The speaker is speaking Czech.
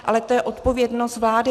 Ale to je odpovědnost vlády.